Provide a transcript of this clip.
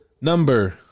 Number